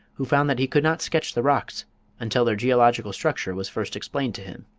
who found that he could not sketch the rocks until their geological structure was first explained to him.